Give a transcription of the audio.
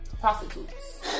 prostitutes